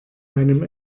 meinem